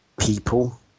people